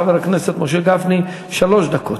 חבר הכנסת משה גפני, שלוש דקות.